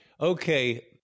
Okay